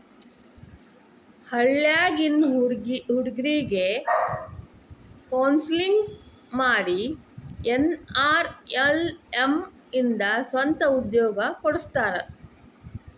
ಹಳ್ಳ್ಯಾಗಿನ್ ಹುಡುಗ್ರಿಗೆ ಕೋನ್ಸೆಲ್ಲಿಂಗ್ ಮಾಡಿ ಎನ್.ಆರ್.ಎಲ್.ಎಂ ಇಂದ ಸ್ವಂತ ಉದ್ಯೋಗ ಕೊಡಸ್ತಾರ